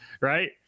right